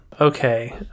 Okay